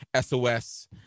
SOS